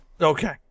Okay